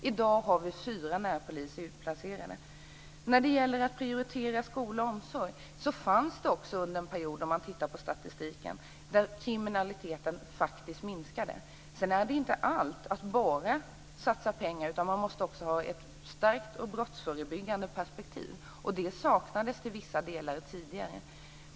I dag har vi fyra närpoliser utplacerad. När det gäller att prioritera skola och omsorg fanns det också, visar statistiken, en period då kriminaliteten faktiskt minskade. Sedan handlar det inte bara om att satsa pengar, utan man måste ha ett starkt och brottsförebyggande perspektiv, och det saknades till vissa delar tidigare.